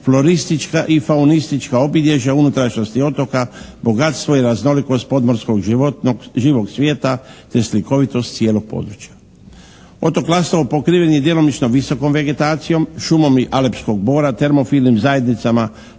floaristička i faunistička obilježja unutrašnjosti otoka, bogatstvo i raznolikost podmorskog živog svijeta te slikovitost cijelog područja. Otok Lastovo pokriven je djelomično visokom vegetacijom, šumom i alepskog bora, termofilnim zajednicama